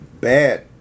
bad